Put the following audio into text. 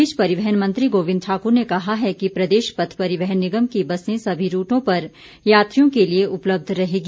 इस बीच परिवहन मंत्री गोविंद ठाकुर ने कहा है कि प्रदेश पथ परिवहन निगम की बसें सभी रूटों पर यात्रियों के लिये उपलब्ध रहेंगी